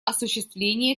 осуществления